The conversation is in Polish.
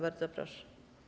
Bardzo proszę.